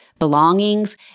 belongings